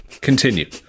Continue